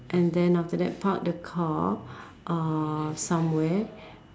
and then after that park the car uh somewhere